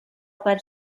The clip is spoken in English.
but